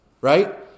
right